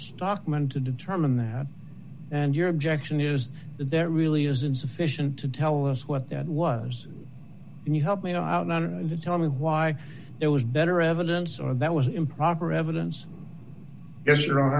stockman to determine that and your objection is that really is insufficient to tell us what that was and you help me to tell me why it was better evidence or that was improper evidence as your o